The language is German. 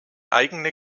eigene